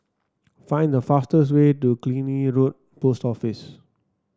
find the fastest way to Killiney Road Post Office